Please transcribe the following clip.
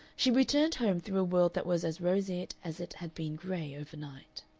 she returned home through a world that was as roseate as it had been gray overnight.